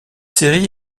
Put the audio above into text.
série